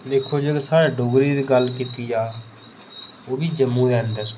दिक्खो जेकर साढ़ी डोगरी दी गल्ल कीती जा ओह्बी जम्मू दे अंदर